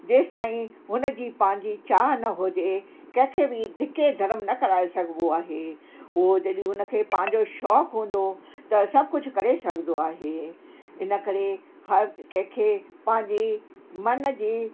जेसिताईं हुन जी पंहिंजी चाह न हुजे कंहिंखे बि धीखे धर्म न कराए सघिबो आहे उहो जॾहिं हुन खे पंहिंजो शौक़ु हूंदो त सभु कुझु करे सघंदो आहे इन करे हर कंहिंखे पंहिंजी मन जी